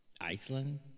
Iceland